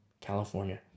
California